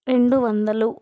రెండు వందలు